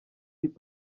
hip